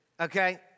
okay